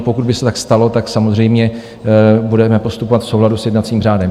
Pokud by se tak stalo, samozřejmě budeme postupovat v souladu s jednacím řádem.